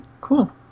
Cool